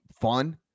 fun